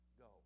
Go